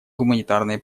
гуманитарной